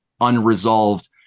unresolved